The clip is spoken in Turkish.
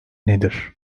nedir